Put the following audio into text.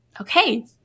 okay